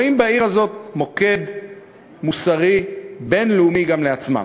מוקד מוסרי בין-לאומי גם לעצמם.